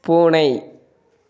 பூனை